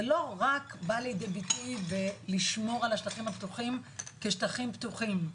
זה לא רק בא לידי ביטוי בלשמור על השטחים כשטחים פתוחים,